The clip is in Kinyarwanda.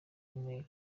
umwere